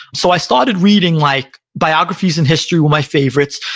so i started reading, like biographies and history were my favorites,